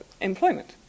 employment